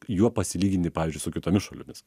juo pasilyginti pavyzdžiui su kitomis šalimis